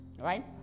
right